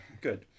good